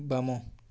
ବାମ